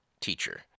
teacher